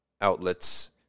outlets